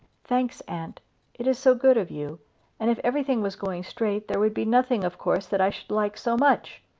thanks, aunt it is so good of you and if everything was going straight, there would be nothing of course that i should like so much.